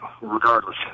regardless